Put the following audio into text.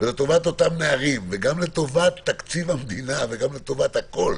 ולטובת אותם נערים ולטובת תקציב המדינה וגם לטובת הכול,